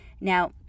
now